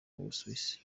busuwisi